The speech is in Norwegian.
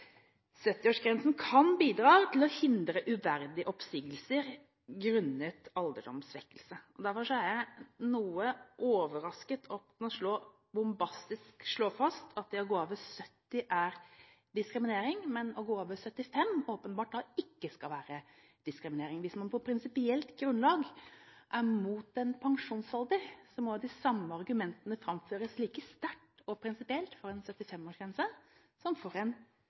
70-årsgrensen kan bidra til å hindre uverdige oppsigelser grunnet alderdomssvekkelse. Derfor er jeg noe overrasket over at man bombastisk slår fast at det å gå av ved 70 år er diskriminering, men at å gå av ved 75 år åpenbart ikke er diskriminering. Hvis man på prinsipielt grunnlag er imot en pensjonsalder, må de samme argumentene framføres like sterkt og prinsipielt for en 75-årsgrense som for en